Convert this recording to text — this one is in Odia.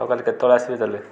ଆଉ କାଲି କେତେବେଳେ ଆସିବେ ତାହାଲେ